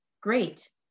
Great